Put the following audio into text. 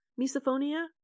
misophonia